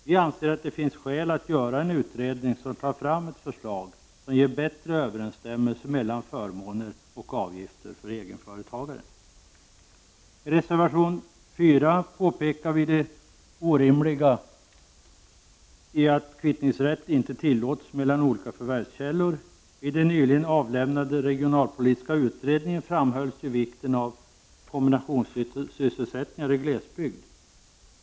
Vi anser att det finns skäl att göra en utredning, som tar fram ett förslag som ger bättre överensstämmelse mellan förmåner och avgifter för egenföretagaren. I reservation 4 påpekar vi det orimliga i att kvittningsrätt inte tillåts mellan olika förvärvskällor. I den nyligen avlämnade regionalpolitiska utredningen framhölls vikten av kombinationssysselsättningar i glesbygd.